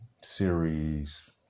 series